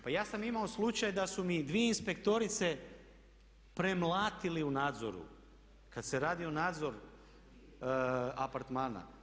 Pa ja sam imao slučaj da su mi dvije inspektorice premlatili u nadzoru kad se radi o nadzoru apartmana.